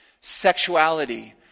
sexuality